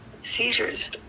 seizures